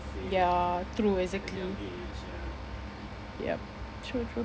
ya true exactly yup true true